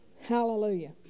hallelujah